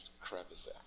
Crevice